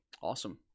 awesome